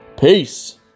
Peace